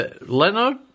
Leonard